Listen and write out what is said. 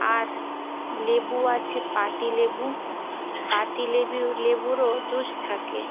আর লেবু আছে পাতিলেবু পাতিলেবু লেবুরও জুস থাকে